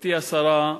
גברתי השרה,